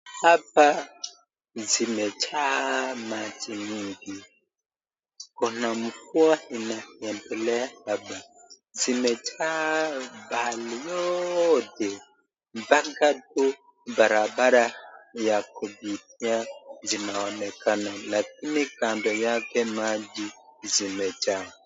Hapa zimejaa maji mengi. Kuna mvua inaendelea labda zimejaa pahali yote mpaka tu barabara ya kupitia zinaonekana lakini kando yake maji zimejaa.